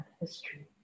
history